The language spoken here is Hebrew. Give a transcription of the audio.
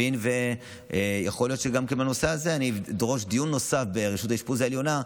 יכול להיות שגם בנושא הזה אני אדרוש דיון נוסף ברשות האשפוז העליונה,